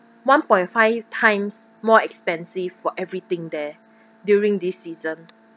one point five times more expensive for everything there during this season